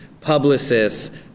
publicists